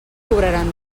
cobraran